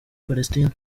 palestine